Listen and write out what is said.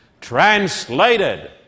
translated